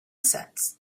sets